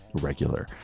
regular